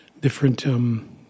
different